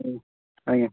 ହୁଁ ଆଜ୍ଞା